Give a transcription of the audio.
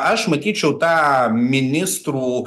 aš matyčiau tą ministrų